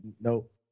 nope